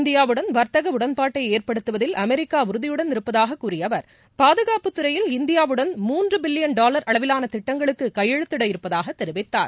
இந்தியாவுடன் வர்த்தகஉடன்பாட்டைஏற்படுத்துவதில் அமெரிக்காஉறுதியுடன் இருப்பதாகக் கூறியஅவர் பாதுகாப்புத் துறையில் இந்தியாவுடன் மூன்றுபில்லியன் டால் அளவிலானதிட்டங்களுக்குகையெழுத்திட இருப்பதாகத் தெரிவித்தார்